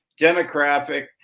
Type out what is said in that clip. demographic